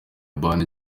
band